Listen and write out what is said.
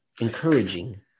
Encouraging